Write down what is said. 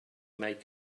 make